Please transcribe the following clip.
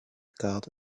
card